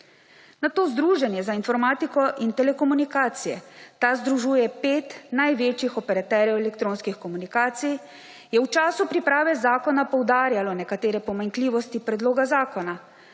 Združenje za informatiko in telekomunikacije, ta združuje pet največjih operaterjev elektronskih komunikacij, je v času priprave zakona poudarjalo nekatere pomanjkljivosti predloga zakona,